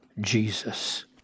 Jesus